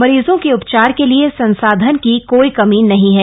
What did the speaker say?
मरीजों के उपचार के लिए संसाधन की कोई कमी नहीं है